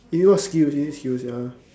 skill you need skills ya